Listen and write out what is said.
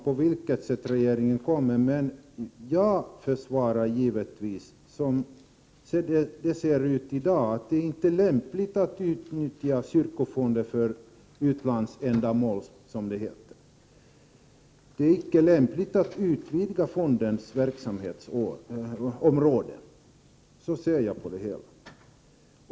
På vilket sätt det sker vet jaginte, men jag försvarar givetvis som det ser ut i dag att det inte är lämpligt att utnyttja kyrkofonden för utlandsändamål, som det heter. Det är icke lämpligt att utvidga fondens verksamhetsområde — så ser jag på det hela.